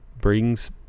brings